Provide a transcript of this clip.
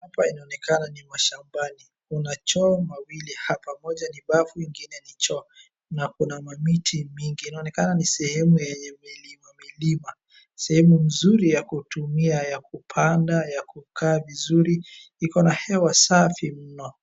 Hapa inaonekana ni mashambani. Kuna choo mawili hapa. Moja ni bafu ingine ni choo, na kuna mamiti mingi. Inaonekana ni sehemu yenye milima milima. Sehemu nzuri ya kutumia, ya kupanda, ya kukaa vizuri, iko na hewa safi mno.